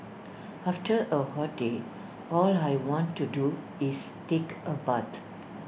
after A hot day all I want to do is take A bath